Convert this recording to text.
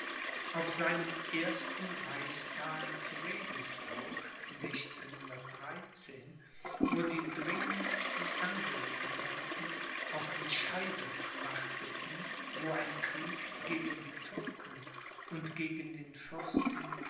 auf seinem ersten reichstage zu regensburg wo die dringendsten angelegenheiten auf entscheidung warteten wo ein krieg gegen die türken und gegen den fürsten